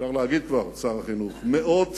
אפשר להגיד כבר, שר החינוך, מאות